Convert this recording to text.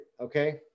Okay